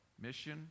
mission